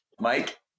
Mike